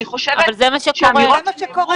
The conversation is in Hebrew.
על המתווה שהמלצנו.